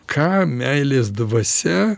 ką meilės dvasia